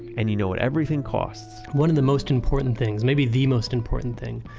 and you know what everything costs one of the most important things, maybe the most important thing,